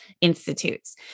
Institutes